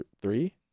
Three